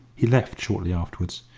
he left shortly afterwards,